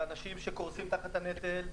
לאנשים שקורסים תחת הנטל,